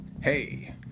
Hey